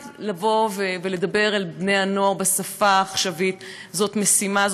לבוא ולדבר אל בני-הנוער בשפה העכשווית זאת משימה.